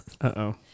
Uh-oh